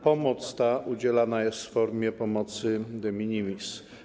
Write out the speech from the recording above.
Pomoc ta udzielana jest w formie pomocy de minimis.